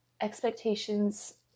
expectations